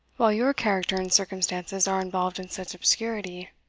while your character and circumstances are involved in such obscurity.